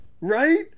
right